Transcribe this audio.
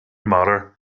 matter